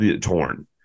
torn